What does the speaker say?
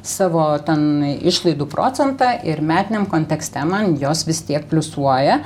savo ten išlaidų procentą ir metiniam kontekste man jos vis tiek pliusuoja